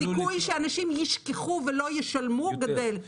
הסיכוי שאנשים ישכחו ולא ישלמו גדל.